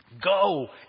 go